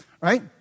Right